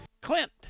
Clint